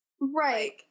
Right